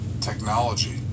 technology